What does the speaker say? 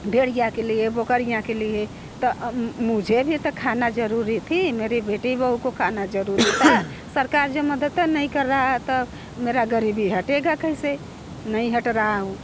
भेड़िया के लिए बकरियाँ के लिए तो मुझे भी ताे खाना जरूरी थी मेरी बेटी बहू को खाना जरूरी था सरकार जो मदद नहीं कर रहा है तो मेरा गरीबी हटेगा कैसे नई हट रहा हूँ